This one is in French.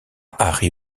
harry